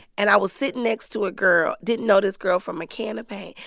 and i was sitting next to a girl didn't know this girl from a can of paint.